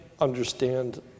understand